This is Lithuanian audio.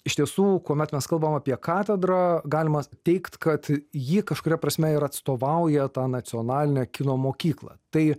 iš tiesų kuomet mes kalbam apie katedrą galima teigt kad ji kažkuria prasme ir atstovauja tą nacionalinę kino mokyklą tai